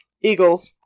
Eagles